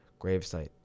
gravesite